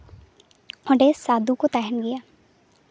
ᱚᱸᱰᱮ ᱥᱟᱹᱫᱷᱩ ᱠᱚ ᱛᱟᱦᱮᱱ ᱜᱮᱭᱟ